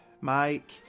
Mike